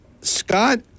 Scott